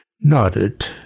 nodded